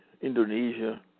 Indonesia